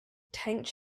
tench